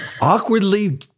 awkwardly